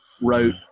wrote